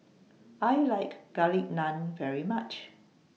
I like Garlic Naan very much